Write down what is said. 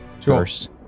first